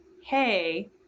hey